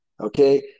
Okay